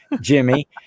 Jimmy